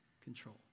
control